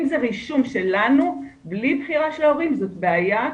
אם זה רישום שלנו בלי בחירה של ההורים זאת בעיה,